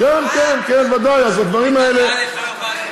אז הדברים האלה, זה היה לזוהיר בהלול.